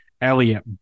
Elliot